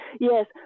Yes